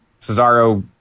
Cesaro